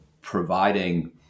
providing